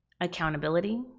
Accountability